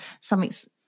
something's